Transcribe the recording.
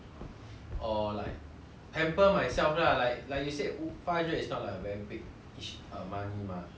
pamper myself lah like like you said five hundred is not very biggish money mah even if 你拿去做 investment